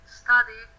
study